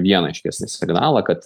vieną aiškesnį signalą kad